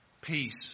Peace